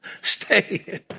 Stay